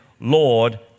Lord